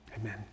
amen